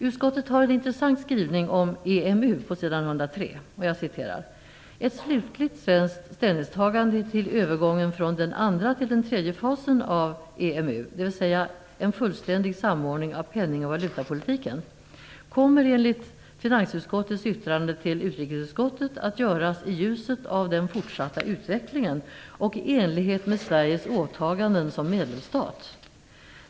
Utskottet har en intressant skrivning om EMU på sidan 103: "Ett slutligt svenskt ställningstagande till övergången från den andra till den tredje fasen av EMU - dvs. en fullständig samordning av penningoch valutapolitiken - kommer enligt finansutskottets yttrande till utrikesutskottet att göras i ljuset av den fortsatta utvecklingen och i enlighet med Sveriges åtaganden som medlemsstat.